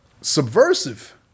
subversive